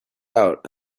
out